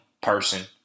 person